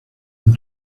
and